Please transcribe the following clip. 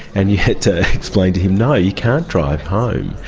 and you had to explain to him, no, you can't drive home.